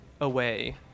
away